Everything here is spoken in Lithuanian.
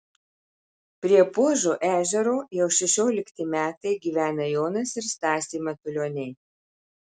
prie puožo ežero jau šešiolikti metai gyvena jonas ir stasė matulioniai